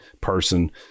person